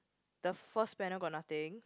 the first panel got nothing